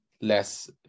less